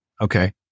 Okay